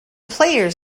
players